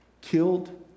killed